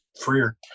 freer